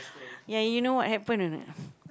ya you know what happen or not